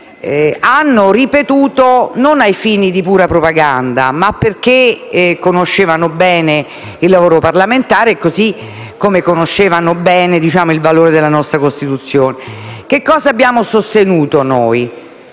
hanno ripetuto non a fini di pura propaganda, ma perché conoscevano bene il lavoro parlamentare, così come conoscevano bene il valore della nostra Costituzione. Che cosa abbiamo sostenuto anche